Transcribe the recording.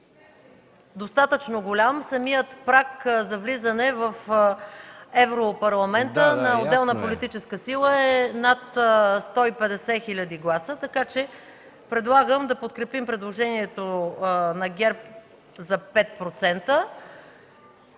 достатъчно голям. Самият праг за влизане в Европарламента на една отделна политическа сила е над 150 хиляди гласа, така че предлагам да подкрепим предложението на ГЕРБ за 5%.